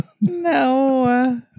no